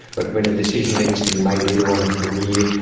but when a decision needs to be made either on a career,